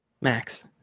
Max